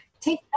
take